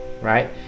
right